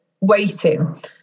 waiting